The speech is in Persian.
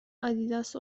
آدیداس